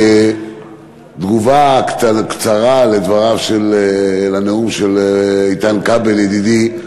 כתגובה קצרה לדבריו, לנאום של איתן כבל ידידי,